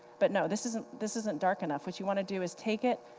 but no, this isn't this isn't dark enough. what you want to do is take it,